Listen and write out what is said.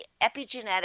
epigenetic